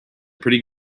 pretty